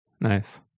Nice